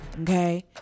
Okay